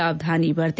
सावधानी बरते